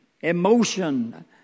emotion